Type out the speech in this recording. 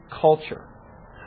culture